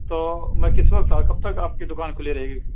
تو میں کس وقت آ کب تک آپ کی دُکان کُھلی رہے گی